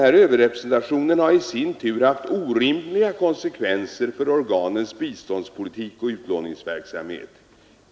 Denna överrepresentation har i sin tur haft orimliga konsekvenser för organens biståndspolitik och utlåningsverksamhet.